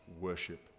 worship